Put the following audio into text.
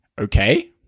okay